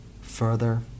Further